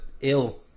ill